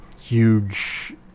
huge